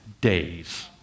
days